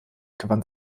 gewann